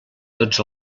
tots